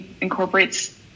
incorporates